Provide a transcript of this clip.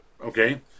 Okay